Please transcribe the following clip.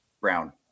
Brown